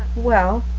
well,